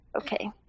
Okay